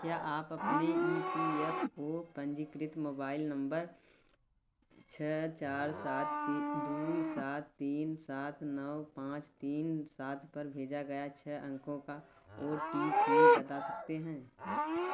क्या आप अपने ई पी एफ़ ओ पंजीकृत मोबाइल नम्बर छः चार सात दो सात तीन सात नौ पाँच तीन सात पर भेजा गया छ अंकों का ओ टी पी बता सकते हैं